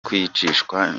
kwicishwa